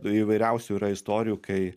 tai įvairiausių yra istorijų kai